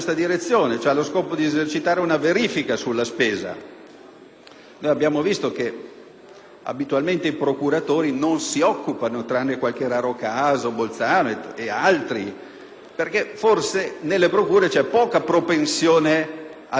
Noi abbiamo visto che, abitualmente, i procuratori non se ne occupano, tranne qualche raro caso, come Bolzano e altri, perché forse nelle procure vi è poca propensione ad una verifica di costi e benefìci.